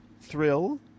thrill